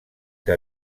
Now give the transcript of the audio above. que